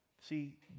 See